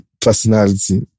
personality